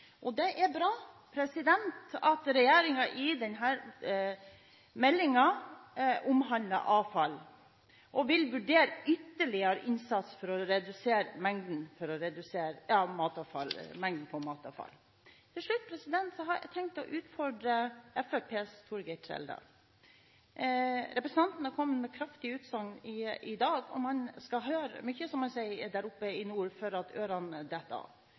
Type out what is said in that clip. Det er bra at denne meldingen omhandler avfall, og at regjeringen vil vurdere ytterligere innsats for å redusere mengden matavfall. Til slutt har jeg tenkt å utfordre Fremskrittspartiets Torgeir Trældal. Representanten har kommet med kraftige utsagn i dag. Man skal høre mye før ørene detter av, som man sier der oppe i nord. I dag har vi hørt representanten Torgeir Trældal bl.a. si at